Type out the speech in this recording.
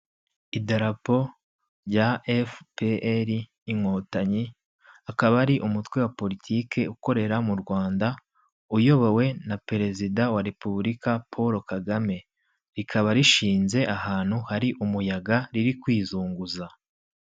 Idarapo rya efuperi inkotanyi akaba ari umutwe wa politiki ukorera mu Rwanda uyobowe na perezida wa repubulika paul kagame rikaba rishinze ahantu hari umuyaga riri kwizunguza.